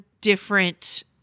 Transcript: different